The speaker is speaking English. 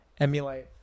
emulate